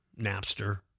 Napster